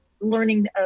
learning